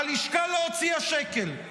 הלשכה לא הוציאה שקל.